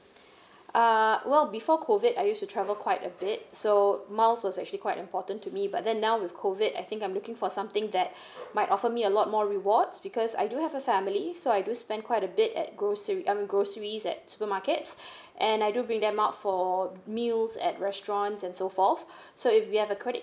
uh well before COVID I used to travel quite a bit so miles was actually quite important to me but then now with COVID acting I'm looking for something that might offer me a lot more rewards because I do have a family so I do spend quite a bit at groce~ um groceries at supermarkets and I do bring them out for meals at restaurants and so forth so if we have a credit